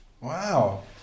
Wow